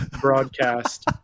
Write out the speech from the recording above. broadcast